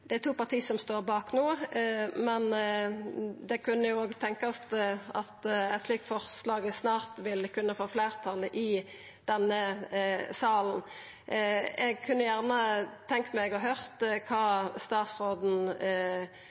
Det er to parti som står bak no, men det kunne jo tenkjast at eit slikt forslag snart vil kunna få fleirtal i denne salen. Eg kunne gjerne tenkt meg å høyra kva statsråden